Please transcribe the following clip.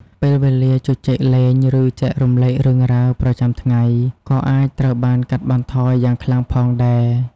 ពេលវេលាជជែកលេង ឬចែករំលែករឿងរ៉ាវប្រចាំថ្ងៃ ក៏អាចត្រូវបានកាត់បន្ថយយ៉ាងខ្លាំងផងដែរ។